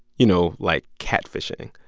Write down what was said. you know, like catfishing.